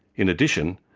in addition,